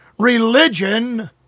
Religion